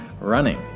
running